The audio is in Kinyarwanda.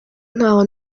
ntaho